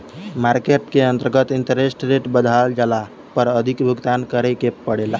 market के अंतर्गत interest rate बढ़ जाला पर अधिक भुगतान करे के पड़ेला